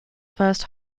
first